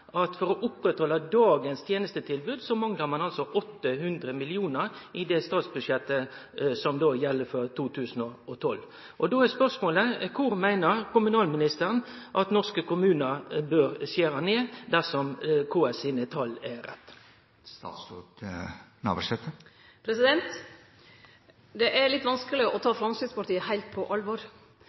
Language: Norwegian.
at for å oppretthalde dagens tenestetilbod manglar ein 800 mill. kr i det statsbudsjettet som gjeld for 2012. Då er spørsmålet: Kvar meiner kommunalministeren at norske kommunar bør skjere ned, dersom KS sine tal er rette? Det er litt vanskeleg å ta Framstegspartiet heilt på alvor.